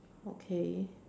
okay